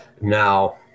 Now